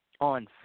on